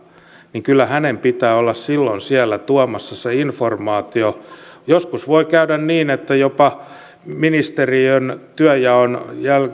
niin kyllä hänen pitää olla silloin siellä tuomassa se informaatio joskus voi käydä niin että jopa ministeriön työnjaon